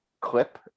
clip